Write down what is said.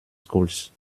schools